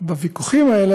בוויכוחים האלה,